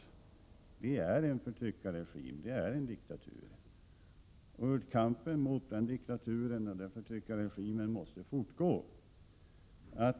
Chile är en förtryckarregim, en diktatur. Kampen mot denna diktatur och förtryckarregim måste fortsättas.